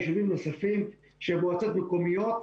יישובים נוספים של מועצות מקומיות.